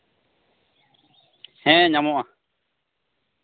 ᱦᱮᱸ ᱧᱟᱢᱚᱜᱼᱟ